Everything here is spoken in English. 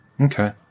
Okay